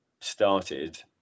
started